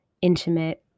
intimate